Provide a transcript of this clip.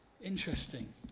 interesting